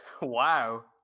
Wow